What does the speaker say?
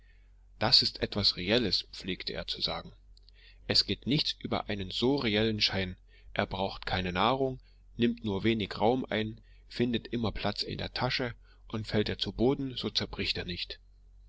das ist etwas reelles pflegte er zu sagen es geht nichts über so einen reellen schein er braucht keine nahrung nimmt nur wenig raum ein findet immer platz in der tasche und fällt er zu boden so zerbricht er nicht